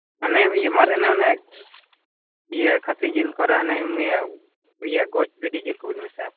ᱚᱱᱮ ᱤᱭᱟᱹ ᱢᱟᱨᱮᱱᱟᱜ ᱚᱱᱮ ᱤᱭᱟᱹ ᱠᱷᱟᱹᱥᱤᱡᱤᱞ ᱠᱚᱨᱮ ᱚᱱᱮ ᱤᱭᱟᱹ ᱤᱭᱟᱹ ᱜᱚᱡ ᱵᱷᱤᱰᱤ ᱡᱤᱞᱠᱚᱵᱤᱱ ᱢᱮᱥᱟᱭᱟ